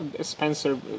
Spencer